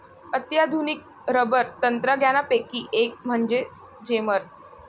अत्याधुनिक रबर तंत्रज्ञानापैकी एक म्हणजे जेमर